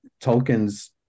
Tolkien's